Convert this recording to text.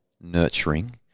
nurturing